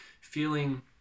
feeling